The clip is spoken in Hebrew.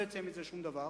לא יצא מזה שום דבר,